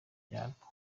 byarwo